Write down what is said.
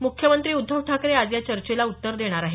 मुख्यमंत्री उद्धव ठाकरे आज या चर्चेला उत्तर देणार आहेत